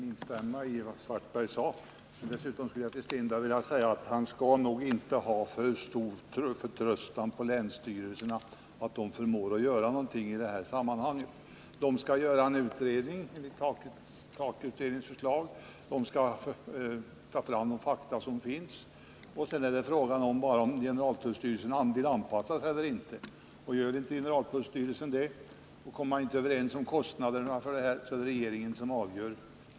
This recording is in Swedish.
Fru talman! Jag vill instämma i vad Karl-Erik Svartberg sade. Dessutom vill jag säga till Per-Olof Strindberg, att han skall nog inte ha för stor förtröstan på att länsstyrelserna förmår göra någonting i det här sammanhanget. De skall göra en utredning enligt TAK-utredningens förslag, de skall ta fram de fakta som finns, och sedan är frågan bara den om generaltullstyrelsen vill anpassa sig eller inte. Gör generaltullstyrelsen inte det och kommer man inte överens om kostnaderna, är det regeringen som avgör.